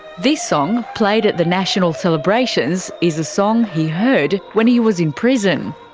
this song, played at the national celebrations, is a song he heard when he was in prison.